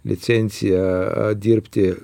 licenciją dirbti